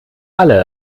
alle